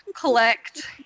collect